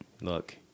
look